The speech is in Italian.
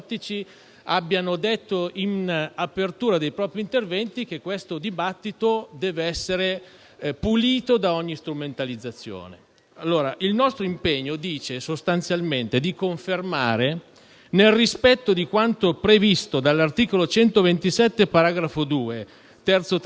abbiano detto, in apertura dei propri interventi, che questo dibattito deve essere pulito da ogni strumentalizzazione. Il nostro impegno dice, sostanzialmente, di: «confermare, nel rispetto di quanto previsto dall'articolo 127, paragrafo 2, terzo trattino,